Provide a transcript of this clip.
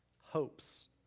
hopes